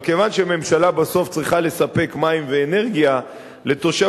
אבל כיוון שהממשלה בסוף צריכה לספק מים ואנרגיה לתושביה,